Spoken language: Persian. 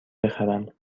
بخرم